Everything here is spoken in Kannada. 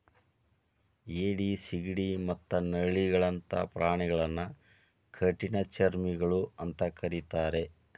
ಏಡಿ, ಸಿಗಡಿ ಮತ್ತ ನಳ್ಳಿಗಳಂತ ಪ್ರಾಣಿಗಳನ್ನ ಕಠಿಣಚರ್ಮಿಗಳು ಅಂತ ಕರೇತಾರ